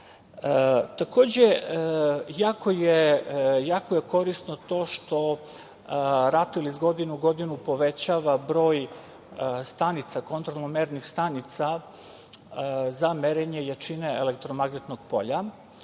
jako je korisno to što RATEL iz godine u godinu povećava broj stanica, kontrolno mernih stanica za merenje jačine elektromagnetnog polja